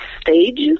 stage